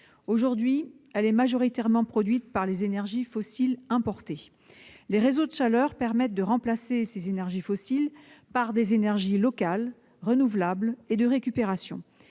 Aujourd'hui, elle est majoritairement produite à partir d'énergies fossiles importées. Les réseaux de chaleur permettent de remplacer ces énergies fossiles par des énergies locales, renouvelables et de récupération.